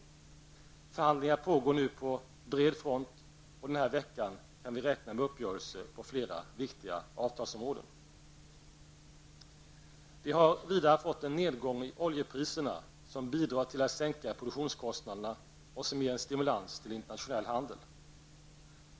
Förhandlingar pågår nu på bred front, och den här veckan kan vi räkna med uppgörelser på flera viktiga avtalsområden. Vi har vidare fått en nedgång i oljepriserna som bidrar till att sänka produktionskostnaderna och som ger en stimulans till internationell handel.